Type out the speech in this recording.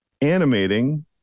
animating